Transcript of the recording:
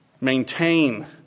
maintain